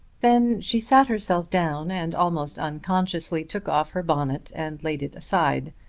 then she sat herself down and almost unconsciously took off her bonnet and laid it aside.